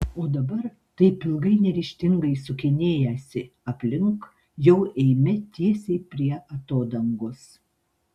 o dabar taip ilgai neryžtingai sukinėjęsi aplink jau eime tiesiai prie atodangos